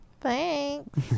Thanks